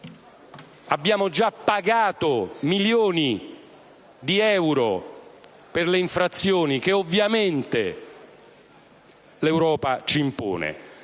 Abbiamo già pagato milioni di euro per le infrazioni che ovviamente l'Europa ci sanziona.